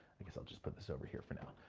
i guess i'll just put this over here for now.